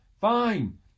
Fine